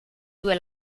due